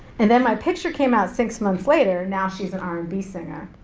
and then my picture came out six months later, now she's an r and b singer.